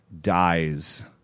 dies